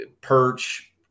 Perch